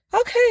Okay